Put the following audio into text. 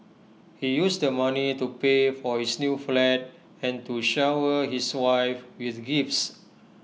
he used the money to pay for his new flat and to shower his wife with gifts